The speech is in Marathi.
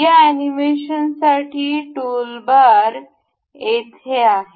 या अॅनिमेशनसाठी टूलबार येथे आहे